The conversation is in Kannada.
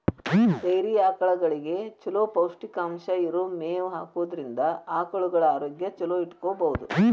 ಡೈರಿ ಆಕಳಗಳಿಗೆ ಚೊಲೋ ಪೌಷ್ಟಿಕಾಂಶ ಇರೋ ಮೇವ್ ಹಾಕೋದ್ರಿಂದ ಆಕಳುಗಳ ಆರೋಗ್ಯ ಚೊಲೋ ಇಟ್ಕೋಬಹುದು